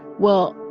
well,